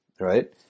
right